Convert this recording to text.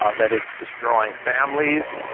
ah that it's destroying families.